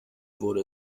wurde